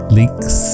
links